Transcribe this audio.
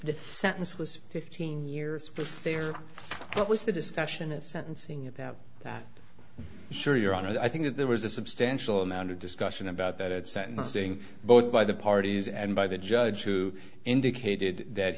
to sentence was fifteen years for stare what was the discussion at sentencing about that surely your honor i think that there was a substantial amount of discussion about that at sentencing both by the parties and by the judge who indicated that